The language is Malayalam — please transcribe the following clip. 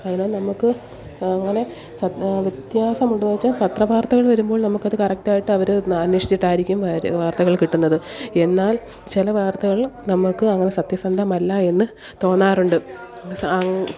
അതിനാൽ നമുക്ക് എങ്ങനെ വ്യത്യാസമുണ്ടെന്നു വെച്ചാൽ പത്ര വാർത്തകൾ വരുമ്പോൾ നമുക്ക് അതു കറക്റ്റായിട്ട് അവർ അന്വേഷിച്ചിട്ട് ആയിരിക്കും വര് വാർത്തകൾ കിട്ടുന്നത് എന്നാൽ ചില വാർത്തകൾ നമുക്ക് അങ്ങനെ സത്യസന്ധമല്ല എന്നു തോന്നാറുണ്ട് അങ്ങ്